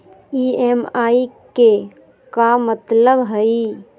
EMI के का मतलब हई?